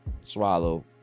swallow